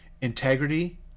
integrity